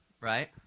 right